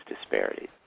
disparities